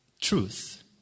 truth